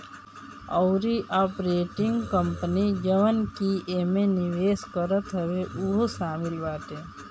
अउरी operating company जवन की एमे निवेश करत हवे उहो शामिल बाटे